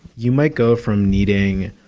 you might go from needing